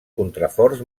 contraforts